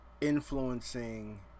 influencing